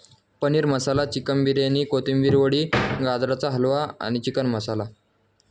paneer masala chicken biryani kothimbir vadi गाजराचा हलवा आणि chicken मसाला